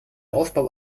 aufbau